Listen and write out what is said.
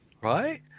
Right